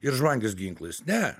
ir žvangins ginklais ne